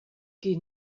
que